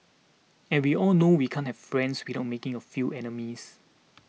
and we all know we can't have friends without making a few enemies